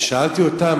ושאלתי אותם,